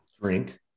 drink